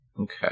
Okay